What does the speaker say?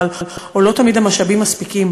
או לא תמיד המשאבים מספיקים.